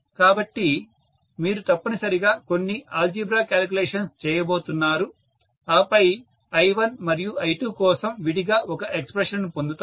కాబట్టి మీరు తప్పనిసరిగా కొన్ని ఆల్జీబ్రా క్యాలిక్యులేషన్స్ చేయబోతున్నారు ఆపై I1 మరియు I2 కోసం విడిగా ఒక ఎక్స్ప్రెషన్ ను పొందుతారు